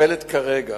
מטפלת כרגע